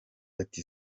ati